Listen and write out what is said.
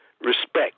respect